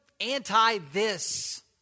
anti-this